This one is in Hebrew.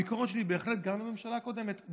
הביקורת שלי היא בהחלט גם על הממשלה הקודמת.